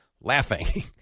laughing